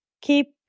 keep